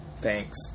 Thanks